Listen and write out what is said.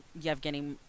Yevgeny